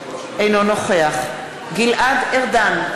נוכח גלעד ארדן,